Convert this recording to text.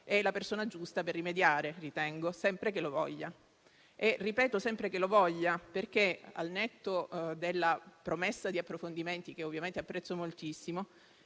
è la persona giusta per rimediare, sempre che lo voglia. Dico sempre che lo voglia perché, al netto della promessa di approfondimenti, che ovviamente apprezzo moltissimo,